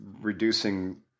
reducing